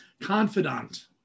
Confidant